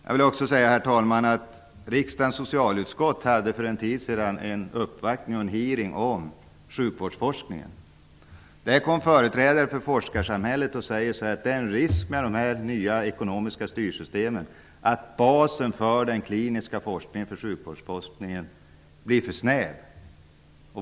Jag vill också säga, herr talman, att riksdagens socialutskott för en tid sedan hade en uppvaktning och en hearing om sjukvårdsforskningen. Där sade företrädare för forskarsamhället att risken med de nya ekonomiska styrsystemen är att basen för den kliniska forskningen eller sjukvårdsforskningen blir för snäv.